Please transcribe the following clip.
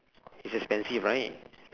it's expensive right